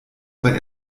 aber